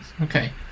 okay